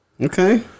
okay